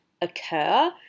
occur